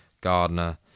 Gardner